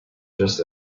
just